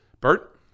Bert